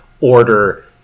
order